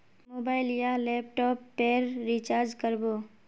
Mobile या laptop पेर recharge कर बो?